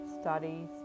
studies